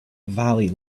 valley